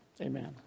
amen